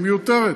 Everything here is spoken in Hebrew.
היא מיותרת.